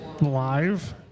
live